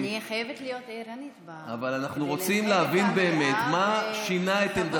אני חייבת להיות ערנית כדי לנהל את המליאה בכבוד,